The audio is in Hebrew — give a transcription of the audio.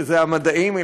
שזה המדעים,